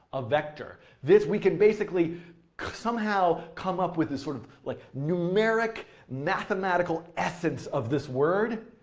a vector. this we can basically somehow come up with this sort of like numeric mathematical essence of this word,